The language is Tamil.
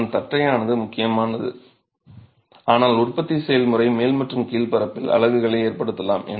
அதன் தட்டையானது முக்கியமானது ஆனால் உற்பத்தி செயல்முறை மேல் மற்றும் கீழ் மேற்பரப்பில் அலைகளை ஏற்படுத்தலாம்